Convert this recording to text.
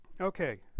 Okay